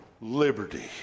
Liberty